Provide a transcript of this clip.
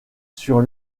sur